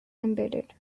embedded